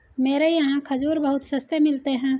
मेरे यहाँ खजूर बहुत सस्ते मिलते हैं